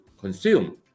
consume